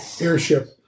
airship